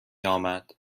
امد